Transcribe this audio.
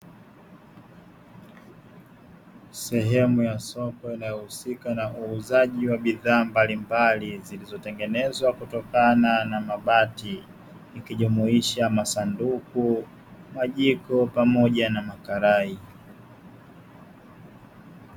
Sehemu ya soko inayohusika na uuzaji wa bidhaa mbalimbali zilizotengenezwa kutokana na mabati ikijumuisha masanduku, majiko pamoja na makarai.